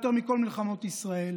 יותר מכל מלחמות ישראל,